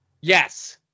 Yes